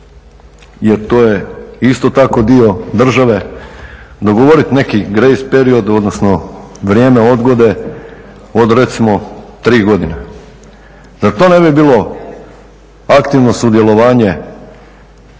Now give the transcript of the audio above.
jer to je isto tako dio države dogovorit neki grace period, odnosno vrijeme odgode od recimo 3 godine. Zar to ne bi bilo aktivno sudjelovanje